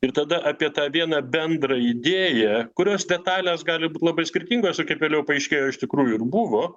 ir tada apie tą vieną bendrą idėją kurios detalės gali būt labai skirtingos taip kaip vėliau paaiškėjo iš tikrųjų buvo